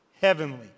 heavenly